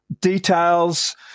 details